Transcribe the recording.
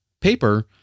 paper